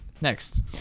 Next